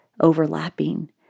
overlapping